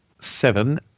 seven